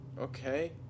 Okay